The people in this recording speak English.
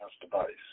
device